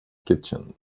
kitchen